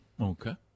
Okay